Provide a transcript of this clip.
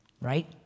right